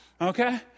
Okay